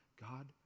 God